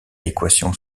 équation